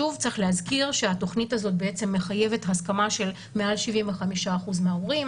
שוב צריך להזכיר שהתוכנית הזאת מחייבת הסכמה של מעל 75% מההורים.